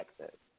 Texas